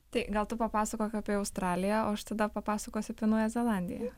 tai gal tu papasakok apie australiją o aš tada papasakosiu apie naująją zelandiją